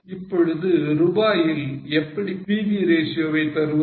இப்பொழுது ரூபாயில் எப்படி PV ratio வை பெறுவது